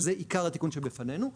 וזה עיקר התיקון שבפנינו,